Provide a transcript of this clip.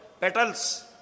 Petals